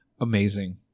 Amazing